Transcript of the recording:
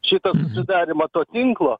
šitą susidarymą to tinklo